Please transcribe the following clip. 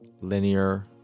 Linear